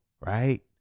Right